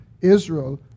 Israel